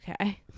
okay